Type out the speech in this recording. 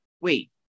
Wait